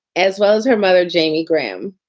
as well as her mother, jamie graham.